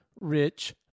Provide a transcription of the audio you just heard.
Rich